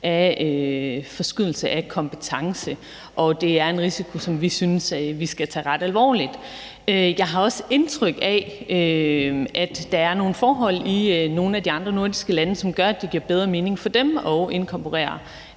om forskydning af kompetence. Og det er en risiko, som vi synes vi skal tage ret alvorligt. Jeg har også indtryk af, at der er nogle forhold i nogle af de andre nordiske lande, som gør, at det giver bedre mening for dem at inkorporere